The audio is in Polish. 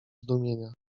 zdumienia